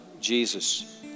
Jesus